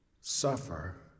suffer